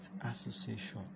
association